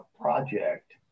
project